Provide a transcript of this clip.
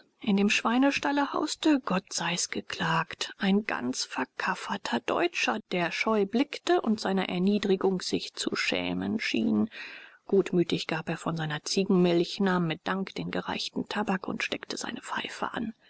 in dem schweinestalle hauste gott sei's geklagt ein ganz verkafferter deutscher der scheu blickte und seiner erniedrigung sich zu schämen schien gutmütig gab er von seiner ziegenmilch nahm mit dank den gereichten tabak und steckte seine pfeife an